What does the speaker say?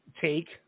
take